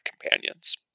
companions